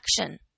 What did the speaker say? action